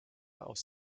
aus